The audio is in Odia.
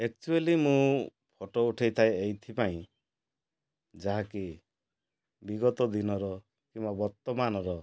ଏକ୍ଚୁଆଲି ମୁଁ ଫଟୋ ଉଠାଇଥାଏ ଏଇଥିପାଇଁ ଯାହାକି ବିଗତ ଦିନର କିମ୍ବା ବର୍ତ୍ତମାନର